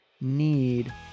need